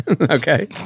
Okay